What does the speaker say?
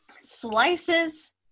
slices